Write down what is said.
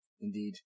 Indeed